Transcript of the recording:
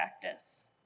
practice